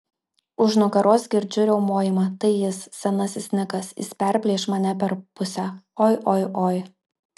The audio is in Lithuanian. už nugaros girdžiu riaumojimą tai jis senasis nikas jis perplėš mane per pusę oi oi oi